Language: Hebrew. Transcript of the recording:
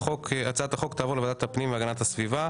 והצעת החוק תעבור לוועדת הפנים והגנת הסביבה.